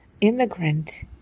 immigrant